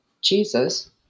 Jesus